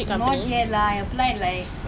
not yet lah I applied like